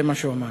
זה מה שהוא אמר.